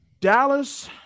Dallas